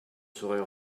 saurait